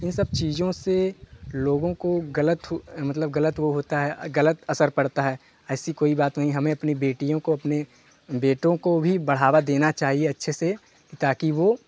यह सब चीज़ों से लोगों से लोगों को गलत मतलब वह गलत असर पड़ता है ऐसी कोई बात नहीं हमें बेटियों को अपने बेटों को भी बढ़ावा देना चाहिए अच्छे से ताकि वह